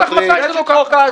אני אסביר לך מתי זה לא ככה.